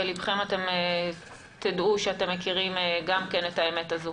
בלבכם אתם תדעו שאתם מכירים גם כן את האמת הזו.